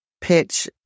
pitch